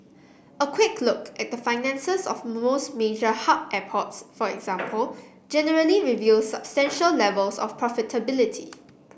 a quick look at the finances of most major hub airports for example generally reveals substantial levels of profitability